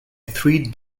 three